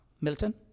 Milton